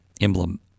emblem